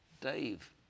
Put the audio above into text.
Dave